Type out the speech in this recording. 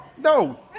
No